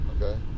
Okay